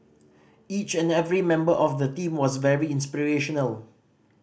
each and every member of the team was very inspirational